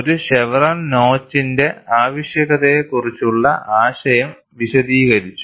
ഒരു ഷെവ്റോൺ നോച്ചിന്റെ ആവശ്യകതയെക്കുറിച്ചുള്ള ആശയം വിശദീകരിച്ചു